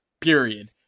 Period